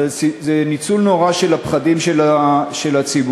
אבל זה ניצול נורא של הפחדים של הציבור